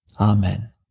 Amen